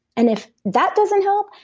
and if that doesn't help,